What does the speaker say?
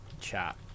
chat